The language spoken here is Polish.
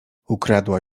ukradła